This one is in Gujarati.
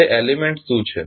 તે એલીમેન્ટ્સ શું છે